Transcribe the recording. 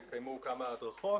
והתקיימו כמה הדרכות.